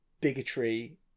bigotry